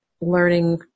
learning